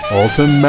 Alton